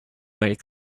might